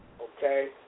Okay